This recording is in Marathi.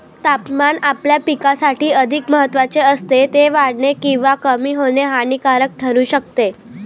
तापमान आपल्या पिकासाठी अधिक महत्त्वाचे असते, ते वाढणे किंवा कमी होणे हानिकारक ठरू शकते